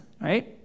right